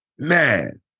Man